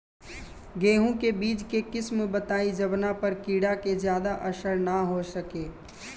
गेहूं के बीज के किस्म बताई जवना पर कीड़ा के ज्यादा असर न हो सके?